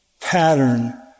pattern